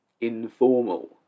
Informal